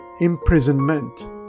imprisonment